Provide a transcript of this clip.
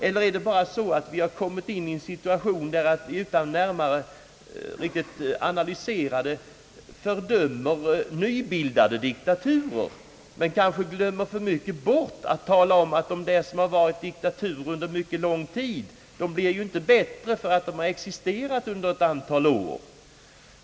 Eller har vi kommit in i en situation där vi utan närmare analys fördömer nybildade diktaturer men glömmer bort att tala om att de länder som varit diktaturer under lång tid ju inte blir bättre därför att de existerat ett antal år?